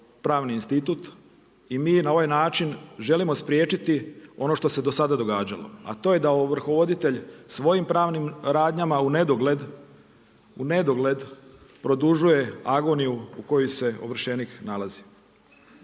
pravni institut i mi na ovaj način želimo spriječiti ono što se do sada događalo, a to je da ovrhovoditelj svojim pravnim radnjama u nedogled, u nedogled produžuje agoniju u kojoj se ovršenik nalazi.